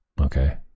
Okay